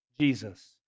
Jesus